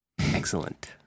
Excellent